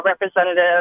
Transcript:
Representative